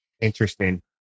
Interesting